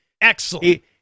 excellent